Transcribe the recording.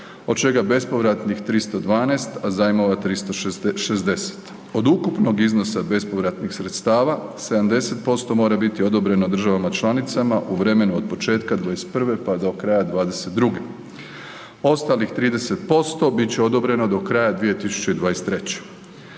od čega bespovratnih 312, a zajmova 360. od ukupnog iznosa bespovratnih sredstava 70% mora biti odobreno državama članicama u vremenu od početka 2021., pa do kraja 2022., ostalih 30% bit će odobreno do kraja 2023.